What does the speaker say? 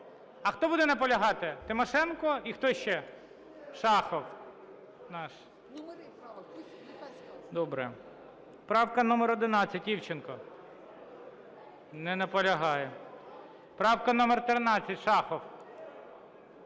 А хто буде наполягати? Тимошенко, і хто ще? Шахов наш. Добре. Правка номер 11, Івченко. Не наполягає. Правка номер 13, Шахов.